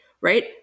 right